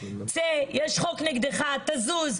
צא; יש חוק נגדך; תזוז.